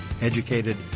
educated